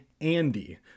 Andy